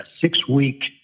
six-week